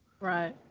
right